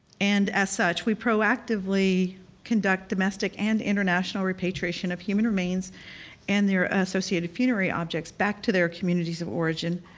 and as such, we proactively conduct domestic and international repatriation of human remains and their associated funerary objects back to their communities of origin.